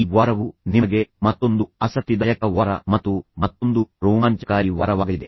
ಈ ವಾರವು ನಿಮಗೆ ಮತ್ತೊಂದು ಆಸಕ್ತಿದಾಯಕ ವಾರ ಮತ್ತು ಮತ್ತೊಂದು ರೋಮಾಂಚಕಾರಿ ವಾರವಾಗಲಿದೆ